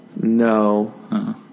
No